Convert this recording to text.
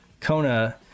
kona